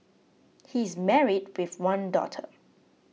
he is married with one daughter